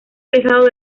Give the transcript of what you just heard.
alejado